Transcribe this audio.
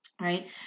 Right